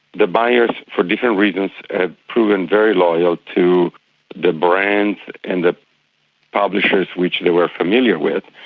the buyers for different reasons have proven very loyal to the brands and the publishers which they were familiar with,